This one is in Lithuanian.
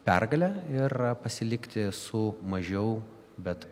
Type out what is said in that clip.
pergalę ir pasilikti su mažiau bet